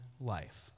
life